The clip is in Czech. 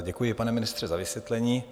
Děkuji, pane ministře, za vysvětlení.